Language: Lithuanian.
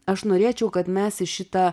aš norėčiau kad mes į šitą